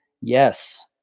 yes